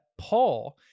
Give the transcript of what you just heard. Paul